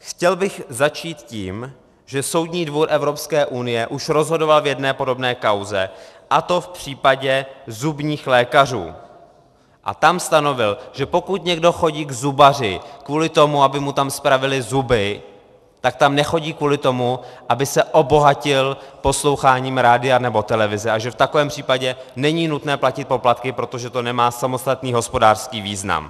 Chtěl bych začít tím, že Soudní dvůr Evropské unie už rozhodoval v jedné podobné kauze, a to v případě zubních lékařů, a tam stanovil, že pokud někdo chodí k zubaři kvůli tomu, aby mu tam spravili zuby, nechodí tam kvůli tomu, aby se obohatil posloucháním rádia nebo televize, a že v takovém případě není nutné platit poplatky, protože to nemá samostatný hospodářský význam.